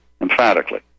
emphatically